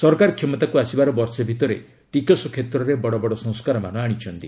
ସରକାର କ୍ଷମତାକୁ ଆସିବାର ବର୍ଷେ ଭିତରେ ଟିକସ କ୍ଷେତ୍ରରେ ବଡ଼ ବଡ଼ ସଂସ୍କାରମାନ ଆଣିଛନ୍ତି